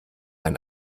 ein